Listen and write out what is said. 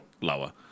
lower